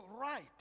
right